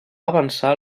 avançar